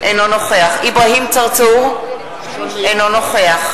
אינו נוכח אברהים צרצור, אינו נוכח